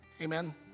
Amen